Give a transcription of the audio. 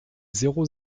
zéro